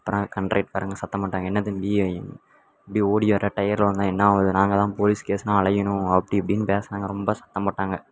அப்புறம் கண்ட்ரக்ட்காரங்கள் சத்தம் போட்டாங்க என்ன தம்பி இப்படி ஓடி வர டயரில் விலுந்தா என்ன ஆகிறது நாங்கள்தான் போலீஸ் கேஸ்ன்னு அலையணும் அப்படி இப்படின்னு பேசினாங்க ரொம்ப சத்தம் போட்டாங்க